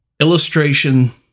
illustration